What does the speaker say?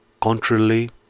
Contrarily